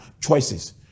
choices